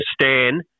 Stan